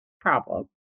problem